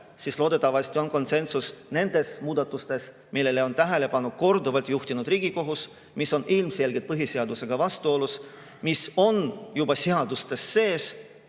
aga loodetavasti on konsensus nendes muudatustes, millele on korduvalt tähelepanu juhtinud Riigikohus, mis on ilmselgelt põhiseadusega vastuolus, mis on juba seadustes sees,